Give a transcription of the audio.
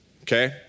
okay